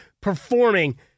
performing